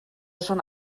schon